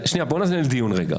בוא ננהל דיון רגע,